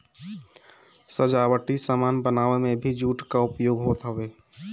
सजावटी सामान बनावे में भी जूट कअ उपयोग होत हवे